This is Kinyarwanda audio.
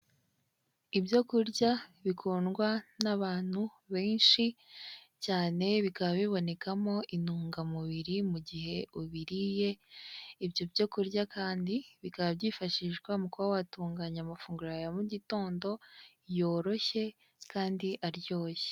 Ibyo kurya bikundwa n'abantu benshi cyane bikaba bibonekamo intungamubiri mu gihe ubiriye, ibyo byo kurya kandi bikaba byifashishwa mu kuba watunganya amafunguro ya mugitondo yoroshye kandi aryoshye.